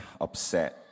upset